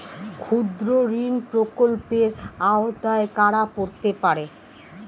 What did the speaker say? ক্ষুদ্রঋণ প্রকল্পের আওতায় কারা পড়তে পারে?